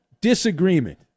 disagreement